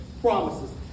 promises